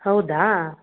ಹೌದಾ